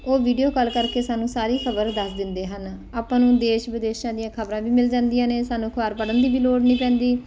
ਉਹ video call ਕਰਕੇ ਸਾਨੂੰ ਸਾਰੀ ਖਬਰ ਦੱਸ ਦਿੰਦੇ ਹਨ ਆਪਾਂ ਨੂੰ ਦੇਸ਼ਾਂ ਵਿਦੇਸ਼ਾਂ ਦੀਆਂ ਖਬਰਾਂ ਵੀ ਮਿਲ ਜਾਂਦੀਆਂ ਨੇ ਸਾਨੂੰ ਅਖਬਾਰ ਪੜ੍ਹਨ ਦੀ ਵੀ ਲੋੜ ਨਹੀਂ ਪੈਂਦੀ